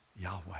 Yahweh